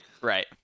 right